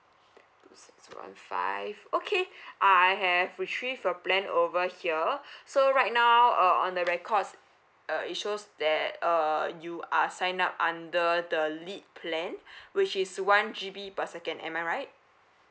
eight two six one five okay I have retrieve your plan over here so right now uh on the records uh it shows that uh you are sign up under the lead plan which is one G_B per second am I right